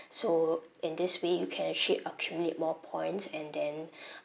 so in this way you can actually accumulate more points and then